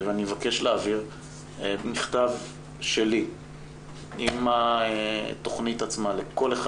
ואני מבקש להעביר מכתב שלי עם התכנית עצמה לכל אחד